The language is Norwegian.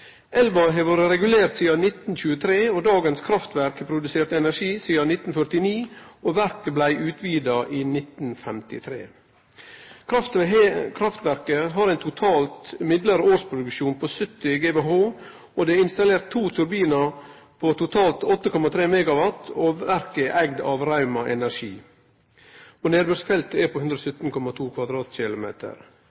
Elva har vore regulert sidan 1923, og dagens kraftverk har produsert energi sidan 1949. Verket blei utvida i 1953. Kraftverket har totalt ein normal årsproduksjon på 70 GWh, det er installert to turbinar på totalt 8,3 MW, og verket er eid av Rauma Energi. Nedbørsfeltet er på